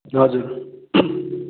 हजुर